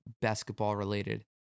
basketball-related